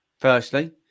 firstly